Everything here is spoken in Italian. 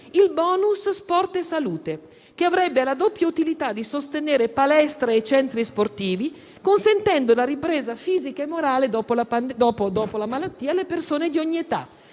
il *bonus* sport e salute, che avrebbe la doppia utilità di sostenere palestre e centri sportivi, consentendo la ripresa fisica e morale dopo la malattia alle persone di ogni età.